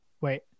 wait